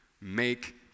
make